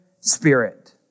Spirit